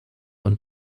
und